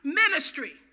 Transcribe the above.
ministry